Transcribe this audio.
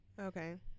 Okay